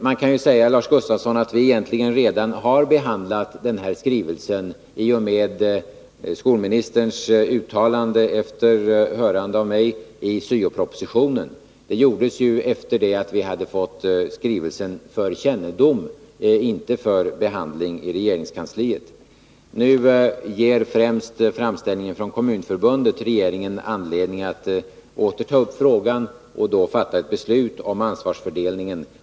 Man kan säga, Lars Gustafsson, att vi egentligen redan har behandlat den här skrivelsen i och med skolministerns uttalande efter hörande av mig i syo-propositionen. Det gjordes efter det att vi hade fått skrivelsen — för kännedom; inte för behandling — i regeringskansliet. Nu ger främst framställningen från Kommunförbundet regeringen anledning att åter ta upp frågan och då fatta ett beslut om ansvarsfördelningen.